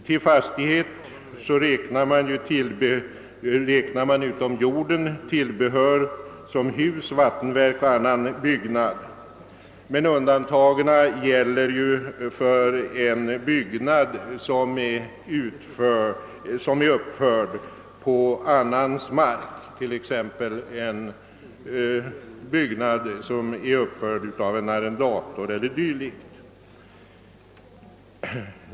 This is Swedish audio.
Till fastighet räknar man, utom jorden, tillbehör såsom hus, vattenverk och annan byggnad, men undantag gäller för en byggnad som är uppförd på annans mark, t.ex. av en arrendator.